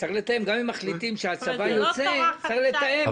גם אם מחליטים שהצבא יוצא צריך לתאם את המשך הפעילות.